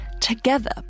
Together